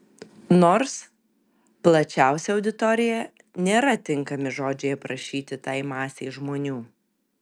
nors plačiausia auditorija nėra tinkami žodžiai aprašyti tai masei žmonių